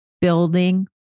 building